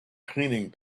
cleaning